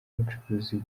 umucuruzi